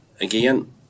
Again